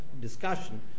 discussion